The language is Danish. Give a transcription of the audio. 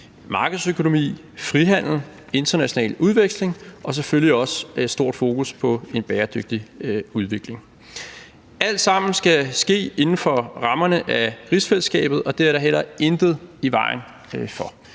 markedsøkonomi, frihandel, international udveksling, og selvfølgelig også stort fokus på en bæredygtig udvikling. Alt sammen skal ske inden for rammerne af rigsfællesskabet, og det er der heller intet i vejen for.